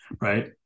right